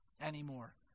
anymore